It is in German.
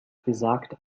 besagt